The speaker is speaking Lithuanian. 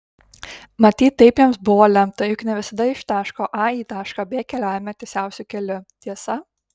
matyt taip jiems buvo lemta juk ne visada iš taško a į tašką b keliaujame tiesiausiu keliu tiesa